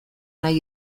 nahi